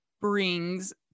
brings